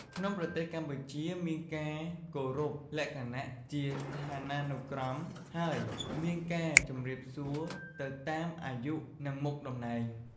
ក្នុងប្រទេសកម្ពុជាមានការគោរពលក្ខណៈជាឋានានុក្រម ហើយមានការជម្រាបសួរទៅតាម អាយុ និងមុខតំណែង។